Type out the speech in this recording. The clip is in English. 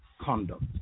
conduct